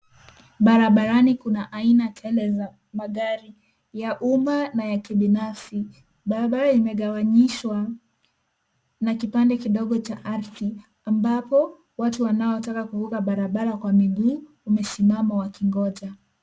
Barabarani kuna aina tele za magari, ya umma na ya kibinafsi. Barabara imegawanyishwa na kipande kidogo cha ardhi, ambapo watu wanaotaka kuvuka barabara kwa miguu wamesimama wakingoja.